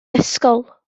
ysgol